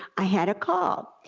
i had a call,